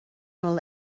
bhfuil